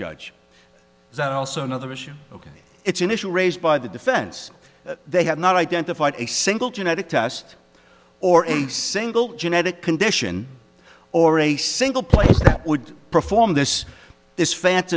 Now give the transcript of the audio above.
judge and also another issue ok it's an issue raised by the defense they have not identified a single genetic test or a single genetic condition or a single place that would perform this this fan